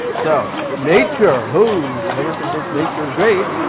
so nature, who emerson thinks nature is great,